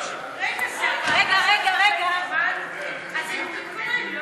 הצעת ועדת הכנסת בדבר הקמת ועדה לעניין מסוים נתקבלה.